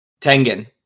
Tengen